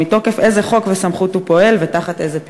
מתוך איזה חוק וסמכות הוא פועל ותחת איזה פיקוח?